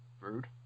Rude